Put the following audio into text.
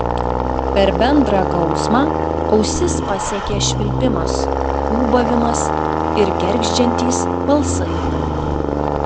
per bendrą gausmą ausis pasiekė švilpimas ūbavimas ir gergždžiantys balsai